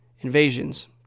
invasions